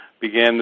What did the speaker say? began